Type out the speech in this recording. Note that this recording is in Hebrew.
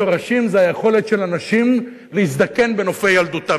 שורשים זה היכולת של אנשים להזדקן בנופי ילדותם.